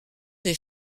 des